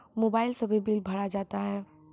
Mobile से भी bill भरा जाता हैं?